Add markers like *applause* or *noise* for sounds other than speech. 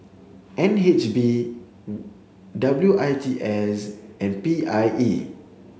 N H B *noise* W I T S and P I E